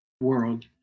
world